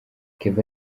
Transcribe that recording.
kevin